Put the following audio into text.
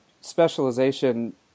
specialization